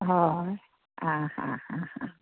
हय आं हां हां हां